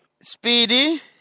Speedy